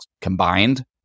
combined